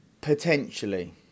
Potentially